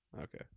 Okay